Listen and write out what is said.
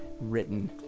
written